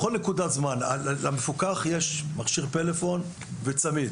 בכל נקודת זמן למפוקח יש מכשיר פלאפון וצמיד.